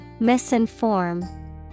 Misinform